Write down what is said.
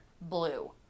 blue